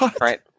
right